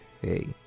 hey